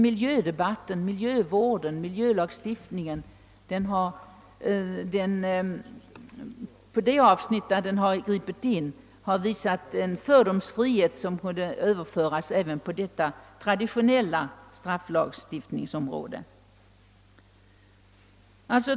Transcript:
Miljödebatten och miljövårdslagstiftningen har på sina områden visat en fördomsfrihet, som kunde överföras även på det traditionella strafflagstiftningsområdet.